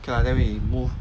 okay lah then we move